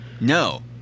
No